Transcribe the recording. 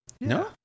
No